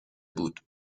بود